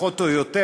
פחות או יותר,